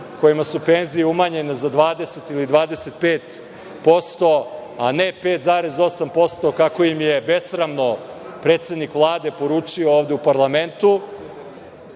kojima su penzije umanjene za 20 ili 25%, a ne 5,8% kako im je besramno predsednik Vlade poručio ovde u parlamentu,